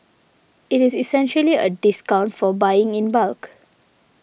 it is essentially a discount for buying in bulk